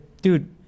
Dude